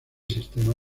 sistema